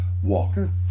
walker